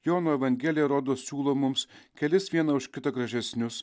jono evangelija rodos siūlo mums kelis vieną už kitą gražesnius